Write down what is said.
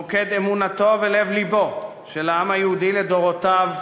מוקד אמונתו ולב-לבו של העם היהודי לדורותיו,